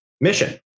mission